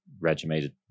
regimented